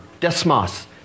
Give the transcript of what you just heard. desmos